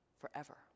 forever